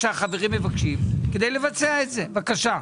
שהחברים מבקשים כדי לבצע את זה, בבקשה.